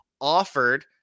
offered